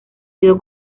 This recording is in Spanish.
sido